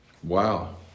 Wow